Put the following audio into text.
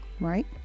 right